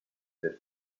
that